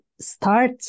start